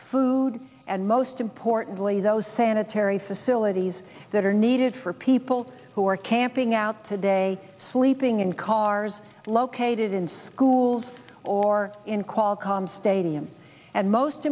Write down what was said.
food and most importantly those sanitary facilities that are needed for people who are camping out today sleeping in cars located in schools or in qualcomm stadium and most